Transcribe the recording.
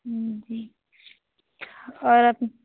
जी और अब